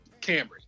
Camry